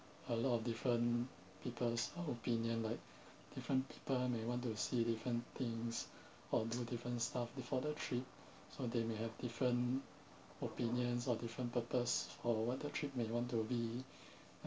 a lot of different people's opinion like different people may want to see different things or do different stuff before the trip so they may have different opinions or different purpose or what the trip may want to be